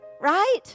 Right